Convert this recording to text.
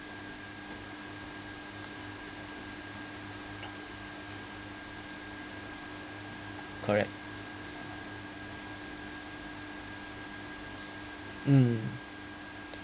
correct mm